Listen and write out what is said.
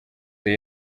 the